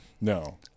no